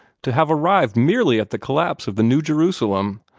to have arrived merely at the collapse of the new jerusalem.